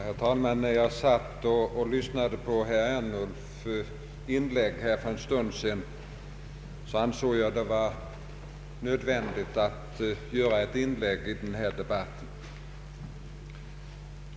Herr talman! När jag lyssnade till herr Ernulfs inlägg för en stund sedan, ansåg jag det nödvändigt att delta i denna debatt.